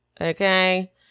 Okay